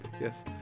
Yes